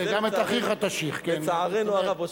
לצערנו הרב.